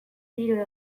tiro